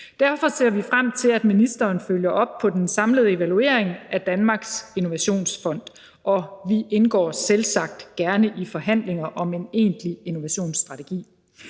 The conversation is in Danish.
Derfor ser vi frem til, at ministeren følger op på den samlede evaluering af Danmarks Innovationsfond, og vi indgår selvsagt gerne i forhandlinger om en egentlig innovationsstrategi.